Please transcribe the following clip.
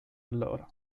allora